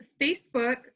Facebook